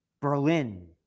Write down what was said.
Berlin